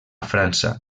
frança